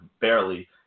barely